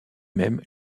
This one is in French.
même